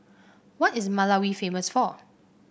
what is Malawi famous for